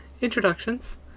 introductions